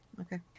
Okay